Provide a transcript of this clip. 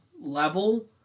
level